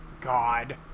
God